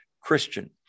Christian